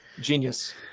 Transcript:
genius